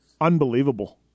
unbelievable